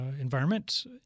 environment